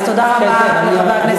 אז תודה רבה לחבר הכנסת גפני.